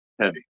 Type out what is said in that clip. heavy